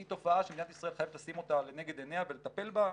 זו תופעה שמדינת ישראל חייבת לשים אותה לנגד עיניה ולטפל בה.